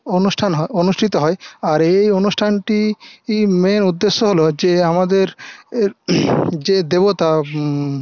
অনুষ্ঠান হয় অনুষ্ঠিত হয় আর এই অনুষ্ঠানটির মেইন উদ্দেশ্য হল যে আমাদের যে দেবতা